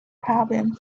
problem